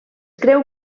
creu